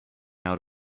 out